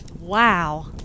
wow